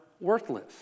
worthless